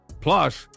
Plus